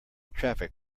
traffic